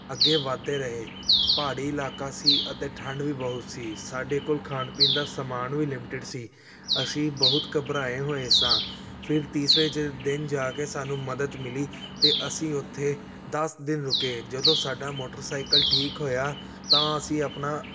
ਅੱਗੇ ਵੱਧਦੇ ਰਹੇ ਪਹਾੜੀ ਇਲਾਕਾ ਸੀ ਅਤੇ ਠੰਡ ਵੀ ਬਹੁਤ ਸੀ ਸਾਡੇ ਕੋਲ ਖਾਣ ਪੀਣ ਦਾ ਸਮਾਨ ਵੀ ਲਿਮਿਟਿਡ ਸੀ ਅਸੀਂ ਬਹੁਤ ਘਬਰਾਏ ਹੋਏ ਸਾਂ ਫਿਰ ਤੀਸਰੇ ਜ ਦਿਨ ਜਾ ਕੇ ਸਾਨੂੰ ਮਦਦ ਮਿਲੀ ਅਤੇ ਅਸੀਂ ਉੱਥੇ ਦਸ ਦਿਨ ਰੁਕੇ ਜਦੋਂ ਸਾਡਾ ਮੋਟਰਸਾਈਕਲ ਠੀਕ ਹੋਇਆ ਤਾਂ ਅਸੀਂ ਆਪਣਾ